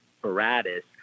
apparatus